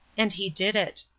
and he did it.